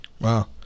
Wow